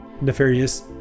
Nefarious